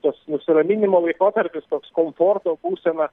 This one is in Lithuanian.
tas nusiraminimo laikotarpis toks komforto būsena